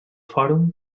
fòrum